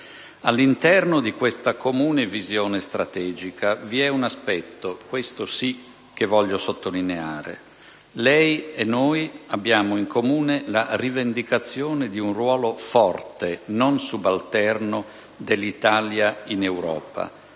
All'interno di questa comune visione strategica vi è un aspetto, questo sì, che voglio sottolineare. Lei e noi abbiamo in comune la rivendicazione di un ruolo forte, non subalterno, dell'Italia in Europa;